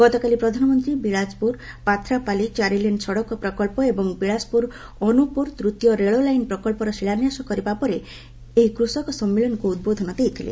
ଗତକାଲି ପ୍ରଧାନମନ୍ତ୍ରୀ ବିଳାସପୁର ପାଥ୍ରାପାଲି ଚାରିଲେନ୍ ସଡ଼କ ପ୍ରକଳ୍ପ ଏବଂ ବିଳାସପୁର ଅନୁପପୁର ତୃତୀୟ ରେଳ ଲାଇନ୍ ପ୍ରକଳ୍ପର ଶିଳାନ୍ୟାସ କରିବା ପରେ ଏହି କୃଷକ ସମ୍ମିଳନୀକୁ ଉଦ୍ବୋଧନ ଦେଇଥିଲେ